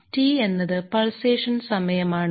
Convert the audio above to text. T എന്നത് pulsation സമയമാണ്